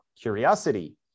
curiosity